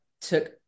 took